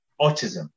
autism